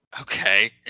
Okay